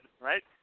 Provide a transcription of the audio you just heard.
right